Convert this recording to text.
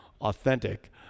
authentic